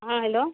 ہاں ہیلو